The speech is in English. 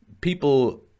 people